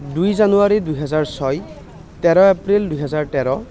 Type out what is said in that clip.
দুই জানুৱাৰী দুহেজাৰ ছয় তেৰ এপ্ৰিল দুহেজাৰ তেৰ